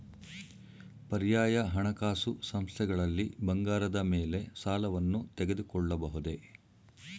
ಪರ್ಯಾಯ ಹಣಕಾಸು ಸಂಸ್ಥೆಗಳಲ್ಲಿ ಬಂಗಾರದ ಮೇಲೆ ಸಾಲವನ್ನು ತೆಗೆದುಕೊಳ್ಳಬಹುದೇ?